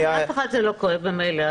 לאף זה לא כואב ממליא.